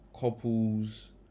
couples